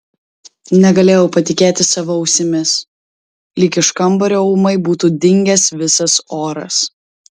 negalėjau patikėti savo ausimis lyg iš kambario ūmai būtų dingęs visas oras